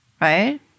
right